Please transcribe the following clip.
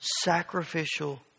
sacrificial